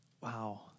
Wow